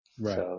right